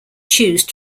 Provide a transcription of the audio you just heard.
choose